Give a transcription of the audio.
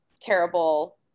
terrible